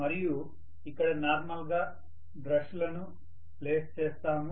మరియు ఇక్కడ నార్మల్ గా బ్రష్ లను ప్లేస్ చేస్తాము